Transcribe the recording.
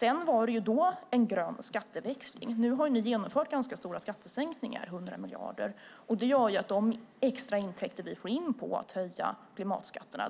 Det var då en grön skatteväxling. Nu har ni genomfört ganska stora skattesänkningar på 100 miljarder. Vi får in extra intäkter på att höja klimatskatter.